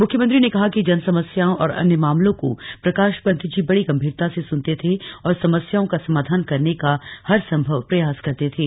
मुख्यमंत्री ने कहा कि जनसमस्याओं और अन्य मामलों को प्रकाश पंत जी बड़ी गम्भीरता से सुनते थे और समस्याओं का समाधान करने का हर सम्भव प्रयास करते थे